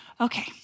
okay